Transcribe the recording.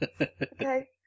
Okay